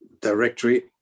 directory